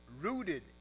rooted